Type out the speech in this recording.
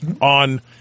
on